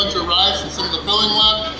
rice and some of the filling left,